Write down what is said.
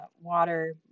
water